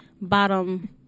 bottom